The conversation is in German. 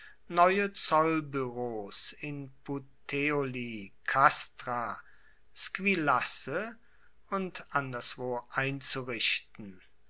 neue zollbueros in puteoli castra squillace und anderswo einzurichten